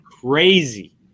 crazy